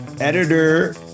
editor